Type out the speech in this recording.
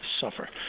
suffer